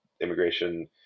immigration